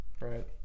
right